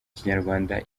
kinyarwanda